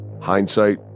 Hindsight